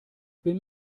bin